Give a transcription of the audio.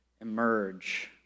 emerge